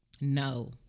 no